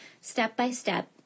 step-by-step